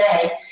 today